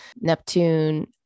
Neptune